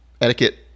etiquette